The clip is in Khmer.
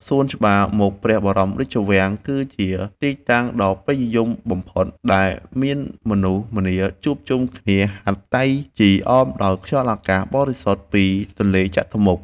សួនច្បារមុខព្រះបរមរាជវាំង គឺជាទីតាំងដ៏ពេញនិយមបំផុត ដែលមានមនុស្សម្នាជួបជុំគ្នាហាត់តៃជីអមដោយខ្យល់អាកាសបរិសុទ្ធពីទន្លេចតុមុខ។